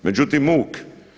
Međutim muk.